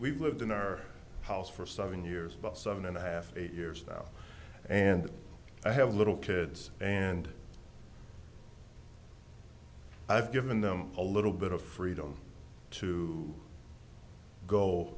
we've lived in our house for seven years about seven and a half eight years now and i have little kids and i've given them a little bit of freedom to go